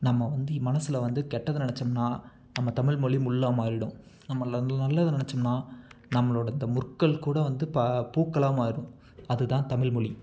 நம்ம வந்து மனதுல வந்து கெட்டது நினச்சோம்ன்னா நம்ம தமிழ் மொழி முள்ளாக மாறிடும் நம்ம நல்லது நினச்சோம்ன்னா நம்மளோட அந்த முற்கள் கூட வந்து பா பூக்களாக மாறும் அதுதான் தமிழ் மொழி